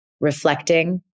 reflecting